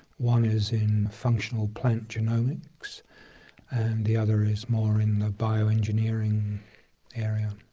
one is in functional plant genomics, and the other is more in the bioengineering area.